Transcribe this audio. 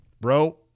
bro